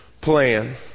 plan